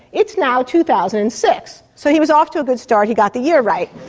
it's now two thousand and six. so he was off to a good start, he got the year right!